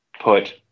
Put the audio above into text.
Put